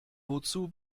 wozu